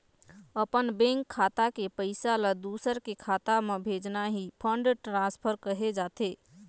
अपन बेंक खाता के पइसा ल दूसर के खाता म भेजना ही फंड ट्रांसफर कहे जाथे